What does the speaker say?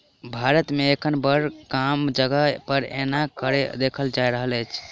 भारत मे एखन बड़ कम जगह पर एना करैत देखल जा रहल अछि